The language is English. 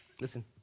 listen